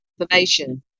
information